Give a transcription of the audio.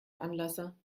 anlasser